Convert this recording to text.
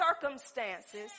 circumstances